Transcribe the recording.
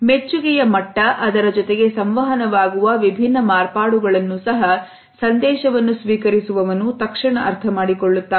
ಮೆಚ್ಚುಗೆಯ ಮಟ್ಟ ಅದರ ಜೊತೆಗೆ ಸಂವಹನವಾಗುವ ವಿಭಿನ್ನ ಮಾರ್ಪಾಡುಗಳನ್ನು ಸಹ ಸಂದೇಶವನ್ನು ಸ್ವೀಕರಿಸುವವನು ತಕ್ಷಣ ಅರ್ಥಮಾಡಿಕೊಳ್ಳುತ್ತಾನೆ